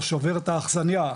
או שובר את האכסנייה,